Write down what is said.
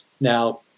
Now